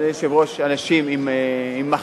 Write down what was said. אדוני היושב-ראש, אנשים עם מחלות,